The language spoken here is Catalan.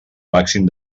màxim